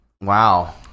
Wow